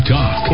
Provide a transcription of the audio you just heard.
Talk